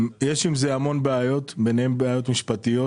זה המון בעיות, ביניהן בעיות משפטיות